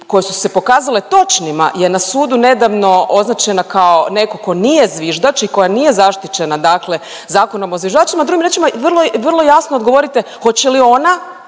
koje su se pokazali točnima je na sudu nedavno označena kao netko tko nije zviždač i koja nije zaštićena dakle Zakonom o zviždačima. Drugim riječima, vrlo jasno odgovorite hoće li ona